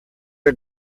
are